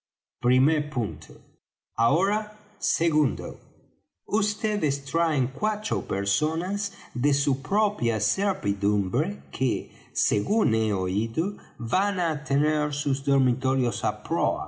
primer punto ahora segundo vds traen cuatro personas de su propia servidumbre que según he oído van á tener sus dormitorios á proa